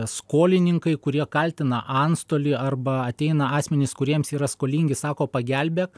skolininkai kurie kaltina antstolį arba ateina asmenys kuriems yra skolingi sako pagelbėk